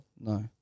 No